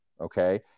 okay